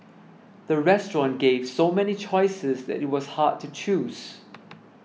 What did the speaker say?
the restaurant gave so many choices that it was hard to choose